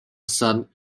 son